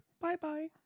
Bye-bye